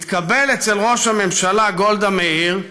והתקבל אצל ראש הממשלה גולדה מאיר.